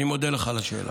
אני מודה לך על השאלה.